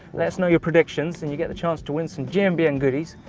let us know your predictions and you get the chance to win some gmbn goodies,